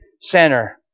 center